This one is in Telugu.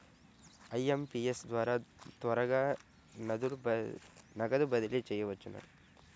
ఐ.ఎం.పీ.ఎస్ ద్వారా త్వరగా నగదు బదిలీ చేయవచ్చునా?